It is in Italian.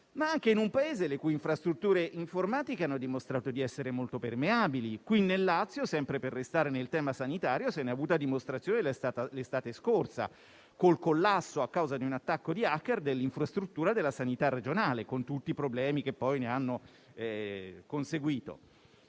ma anche in un Paese le cui infrastrutture informatiche hanno dimostrato di essere molto permeabili. Qui nel Lazio, sempre per restare in tema sanitario, se ne è avuta dimostrazione l'estate scorsa, col collasso, a causa di un attacco di *hacker*, dell'infrastruttura della sanità regionale, con tutti i problemi che poi ne sono conseguiti.